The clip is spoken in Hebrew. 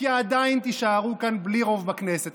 כי עדיין תישארו כאן בלי רוב בכנסת.